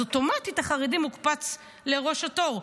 אז אוטומטית החרדי מוקפץ לראש התור,